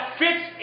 fits